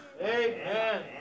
Amen